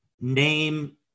name